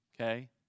okay